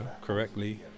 Correctly